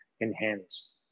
enhance